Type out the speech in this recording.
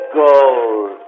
gold